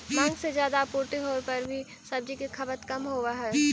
माँग से ज्यादा आपूर्ति होवे पर भी सब्जि के खपत कम होवऽ हइ